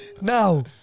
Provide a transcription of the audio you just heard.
now